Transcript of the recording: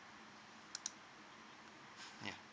ya